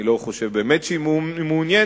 אני לא חושב באמת שהיא מעוניינת,